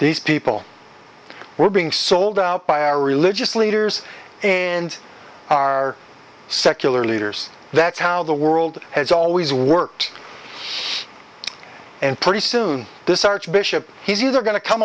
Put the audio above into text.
these people were being sold by our religious leaders and our secular leaders that's how the world has always worked and pretty soon this archbishop he's either going to come